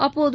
அப்போது